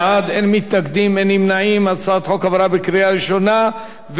הצעת החוק עברה בקריאה ראשונה ותועבר לוועדת העבודה,